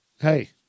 Hey